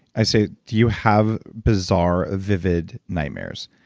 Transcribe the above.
i say, do you have bizarre, vivid nightmares?